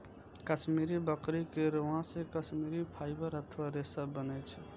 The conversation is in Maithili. कश्मीरी बकरी के रोआं से कश्मीरी फाइबर अथवा रेशा बनै छै